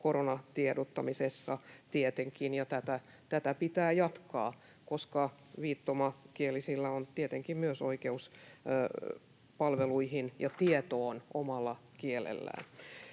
koronatiedottamisessa. Ja tätä pitää jatkaa, koska myös viittomakielisillä on tietenkin oikeus palveluihin ja tietoon omalla kielellään.